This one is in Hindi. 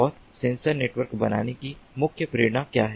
और सेंसर नेटवर्क बनाने की मुख्य प्रेरणा क्या है